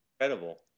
Incredible